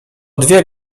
dwie